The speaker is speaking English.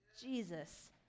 Jesus